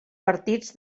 partits